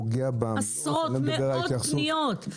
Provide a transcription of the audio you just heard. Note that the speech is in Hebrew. עשרות ומאות פניות.